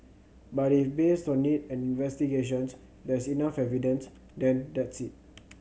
but if based on it and investigations there's enough evidence then that's it